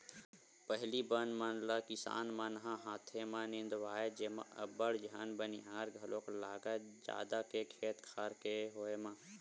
पहिली बन मन ल किसान मन ह हाथे म निंदवाए जेमा अब्बड़ झन बनिहार घलोक लागय जादा के खेत खार के होय म